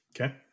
Okay